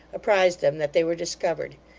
apprised them that they were discovered,